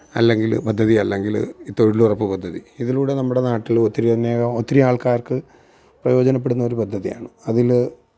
അല്ലെങ്കിൽ പദ്ധതി അല്ലെങ്കിൽ ഈ തൊഴിലുറപ്പ് പദ്ധതി ഇതിലൂടെ നമ്മുടെ നാട്ടിൽ ഒത്തിരി അനേകം ഒത്തിരി ആള്ക്കാര്ക്ക് പ്രയോജനപ്പെടുന്ന ഒരു പദ്ധതിയാണ് അതിൽ